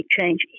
change